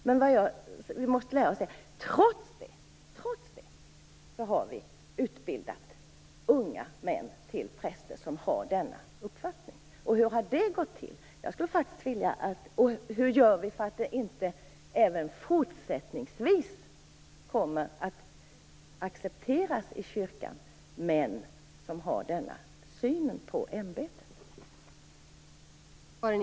Men trots detta har unga män som har denna upfattning utbildats till präster. Hur har det gått till? Hur gör vi för att män som har denna syn på ämbetet inte även fortsättningsvis kommer att accepteras av kykan?